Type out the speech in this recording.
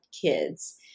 kids